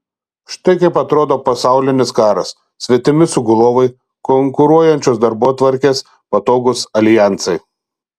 štai kaip atrodo pasaulinis karas svetimi sugulovai konkuruojančios darbotvarkės patogūs aljansai